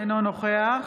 אינו נוכח